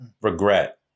regret